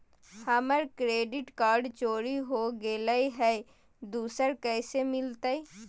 हमर credit card चोरी हो गेलय हई, दुसर कैसे मिलतई?